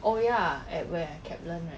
oh ya at where kaplan right